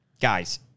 Guys